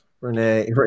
Renee